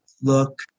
look